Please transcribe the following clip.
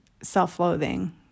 self-loathing